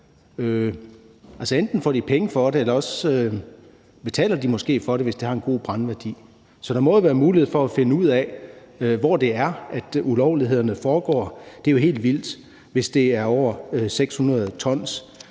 Enten får de penge for det, eller også betaler de måske for det, hvis det har en god brændværdi. Så der må være mulighed for at finde ud af, hvor ulovlighederne foregår, for det er jo helt vildt, hvis det er over 600 t